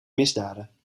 misdaden